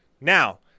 Now